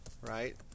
right